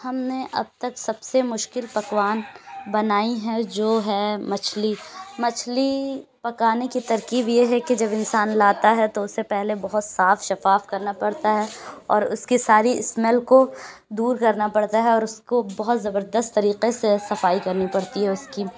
ہم نے اب تک سب سے مشکل پکوان بنائی ہے جو ہے مچھلی مچھلی پکانے کی ترکیب یہ ہے کہ جب انسان لاتا ہے تو اُس سے پہلے بہت صاف شفاف کرنا پڑتا ہے اور اُس کی ساری اسمیل کو دور کرنا پڑتا ہے اور اُس کو بہت زبردست طریقے سے صفائی کرنی پڑتی ہے اُس کی